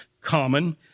common